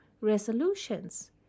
resolutions